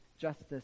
justice